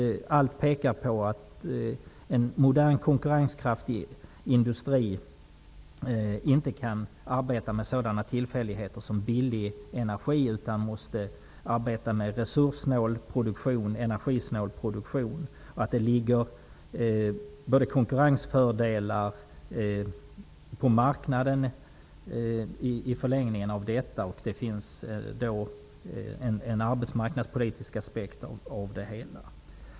Allt pekar på att en modern och konkurrenskraftig industri inte kan arbeta utefter sådana tillfälligheter som att energin är billig. Man måste arbeta med resurs och energisnål produktion. I förlängningen ligger konkurrensfördelar på marknaden. Det finns alltså en arbetsmarknadspolitisk aspekt på det hela.